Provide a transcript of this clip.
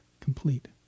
complete